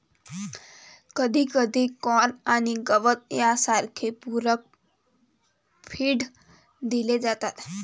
कधीकधी कॉर्न आणि गवत सारखे पूरक फीड दिले जातात